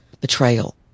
betrayal